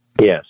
Yes